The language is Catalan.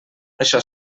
això